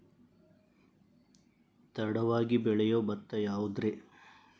ತಡವಾಗಿ ಬೆಳಿಯೊ ಭತ್ತ ಯಾವುದ್ರೇ?